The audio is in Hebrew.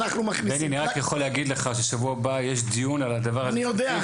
בני אני רק יכול להגיד לך ששבוע הבא יש דיון על הדבר הזה ספציפי,